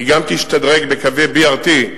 תשתדרג בקווי BRT,